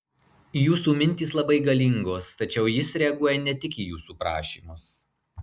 jūsų mintys labai galingos tačiau jis reaguoja ne tik į jūsų prašymus